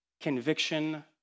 Conviction